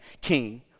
king